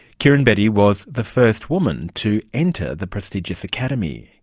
kiran bedi was the first woman to enter the prestigious academy,